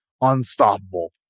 unstoppable